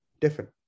different